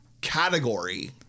category